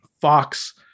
Fox